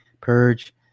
Purge